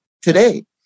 today